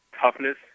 toughness